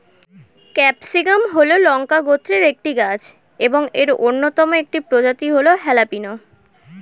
capsicum হল লঙ্কা গোত্রের একটি গাছ এবং এর অন্যতম একটি প্রজাতি হল হ্যালাপিনো